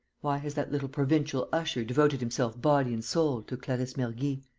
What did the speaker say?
why has that little provincial usher devoted himself body and soul to clarisse mergy?